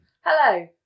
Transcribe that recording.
Hello